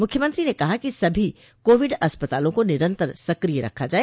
मुख्यमंत्री ने कहा कि सभी कोविड अस्पतालों को निरन्तर सक्रिय रखा जाए